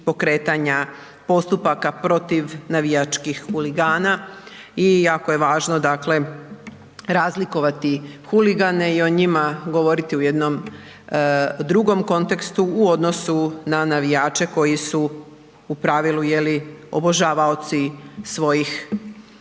pokretanja postupaka protiv navijačkih huligana i jako je važno dakle razlikovati huligane i o njima govoriti u jednom drugom kontekstu u odnosu na navijače koji su u pravilu je li, obožavaoci svojih